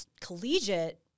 collegiate